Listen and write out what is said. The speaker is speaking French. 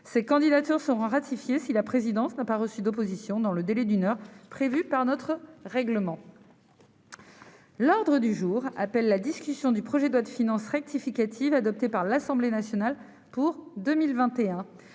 Ces candidatures seront ratifiées si la présidence n'a pas reçu d'opposition dans le délai d'une heure prévue par notre règlement. L'ordre du jour appelle la discussion du projet de loi, adopté par l'Assemblée nationale, de